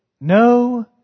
no